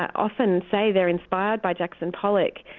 often say they're inspired by jackson pollock.